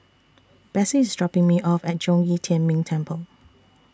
Bessie IS dropping Me off At Zhong Yi Tian Ming Temple